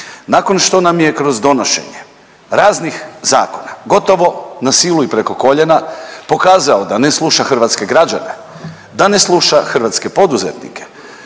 Nakon što nam je kroz donošenje raznih zakona gotovo na silu i preko koljena pokazao da ne sluša hrvatske građane, da ne sluša hrvatske poduzetnike